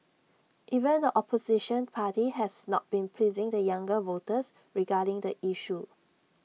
even the opposition party has not been pleasing the younger voters regarding the issue